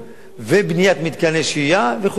ובניית מתקני שהייה, וכו' וכו'.